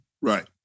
Right